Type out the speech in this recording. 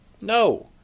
No